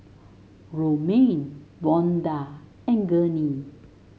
romaine Vonda and Gurney